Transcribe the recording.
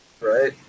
Right